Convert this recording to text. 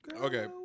Okay